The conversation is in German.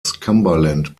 cumberland